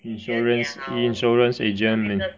insurance insurance agent